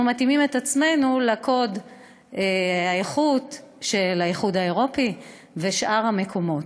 מתאימים את עצמנו לקוד האיכות של האיחוד האירופי ושאר המקומות.